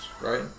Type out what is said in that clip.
right